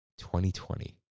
2020